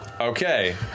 Okay